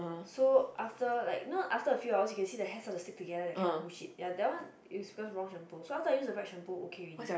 so after like you know after a few hours you can see the hair start to stick together that kind of bull shit ya that one is because wrong shampoo so after I use the right shampoo okay already